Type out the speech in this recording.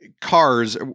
Cars